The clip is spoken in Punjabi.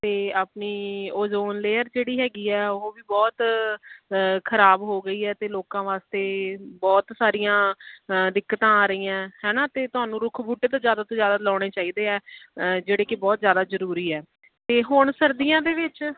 ਅਤੇ ਆਪਣੀ ਓਜੋਨ ਲੇਅਰ ਜਿਹੜੀ ਹੈਗੀ ਆ ਉਹ ਵੀ ਬਹੁਤ ਖ਼ਰਾਬ ਹੋ ਗਈ ਹੈ ਅਤੇ ਲੋਕਾਂ ਵਾਸਤੇ ਬਹੁਤ ਸਾਰੀਆਂ ਦਿੱਕਤਾਂ ਆ ਰਹੀਆਂ ਹੈ ਨਾ ਅਤੇ ਤੁਹਾਨੂੰ ਰੁੱਖ ਬੂਟੇ ਤਾਂ ਜ਼ਿਆਦਾ ਤੋਂ ਜ਼ਿਆਦਾ ਲਗਾਉਣੇ ਚਾਹੀਦੇ ਆ ਜਿਹੜੇ ਕਿ ਬਹੁਤ ਜ਼ਿਆਦਾ ਜ਼ਰੂਰੀ ਹੈ ਅਤੇ ਹੁਣ ਸਰਦੀਆਂ ਦੇ ਵਿੱਚ